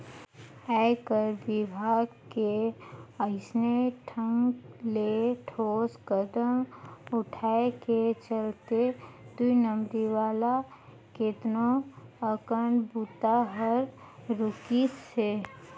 आयकर विभाग के अइसने ढंग ले ठोस कदम उठाय के चलते दुई नंबरी वाला केतनो अकन बूता हर रूकिसे